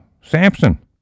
Samson